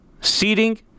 seating